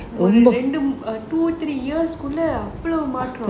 அவ்ளோ மாற்றம்:avlo maattram